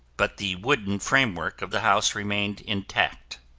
but the wooden framework of the house remained intact.